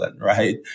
right